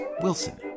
Wilson